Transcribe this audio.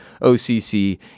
OCC